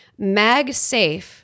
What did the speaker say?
MagSafe